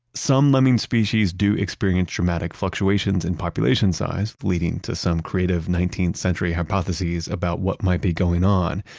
some lemming species do experience dramatic fluctuations in population size leading to some creative nineteenth century hypotheses about what might be going on,